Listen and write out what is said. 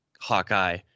hawkeye